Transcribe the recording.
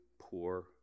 poor